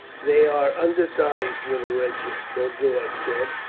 they are undersized little wretches, boduoc said,